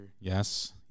Yes